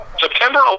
September